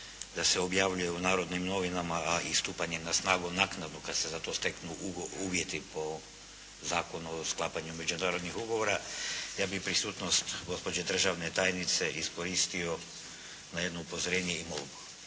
da se objavljuju u "Narodnim novinama", a i stupanjem na snagu naknadno kada se za to steknu uvjeti po Zakonu o sklapanju međunarodnih ugovora, ja bih prisutnost gospođe državne tajnice iskoristio na jedno upozorenje i molbu.